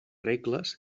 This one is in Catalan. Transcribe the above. regles